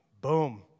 boom